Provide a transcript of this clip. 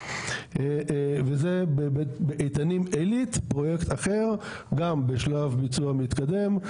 זה באיתנים עילית פרויקט אחר גם בשלב ביצוע מתקדם,